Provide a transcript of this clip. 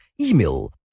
email